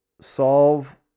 solve